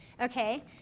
Okay